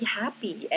happy